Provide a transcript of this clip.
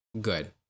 good